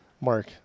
Mark